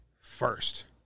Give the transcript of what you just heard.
First